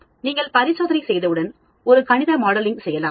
நீங்கள் பரிசோதனை செய்தவுடன் ஒரு கணித மாடலிங் செய்யலாம்